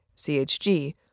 CHG